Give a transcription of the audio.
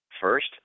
First